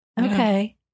Okay